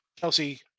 Kelsey